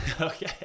Okay